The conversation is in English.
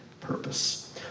purpose